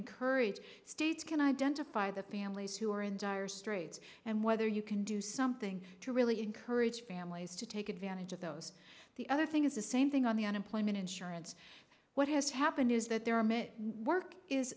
encourage states can identify the families who are in dire straits and whether you can do something to really encourage families to take advantage of those the other thing is the same thing on the unemployment insurance what has happened is that there are many work is